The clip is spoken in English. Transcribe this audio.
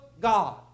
God